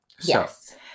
Yes